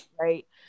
right